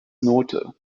note